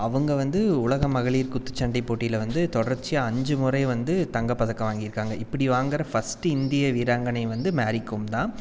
அவங்க வந்து உலக மகளிர் குத்துச்சண்டை போட்டியில் வந்து தொடர்ச்சியாக அஞ்சு முறை வந்து தங்கம் பதக்கம் வாங்கியிருக்காங்க இப்படி வாங்கிற ஃபர்ஸ்ட்டு இந்திய வீராங்கனை வந்து மேரிகோம் தான்